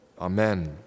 Amen